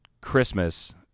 Christmas